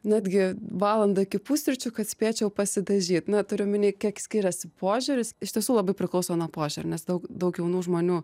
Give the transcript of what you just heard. netgi valandą iki pusryčių kad spėčiau pasidažyt na turiu omeny kiek skiriasi požiūris iš tiesų labai priklauso nuo požiūrio nes daug daug jaunų žmonių